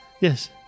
yes